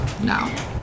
now